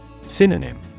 Synonym